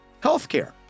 Healthcare